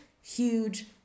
huge